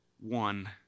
one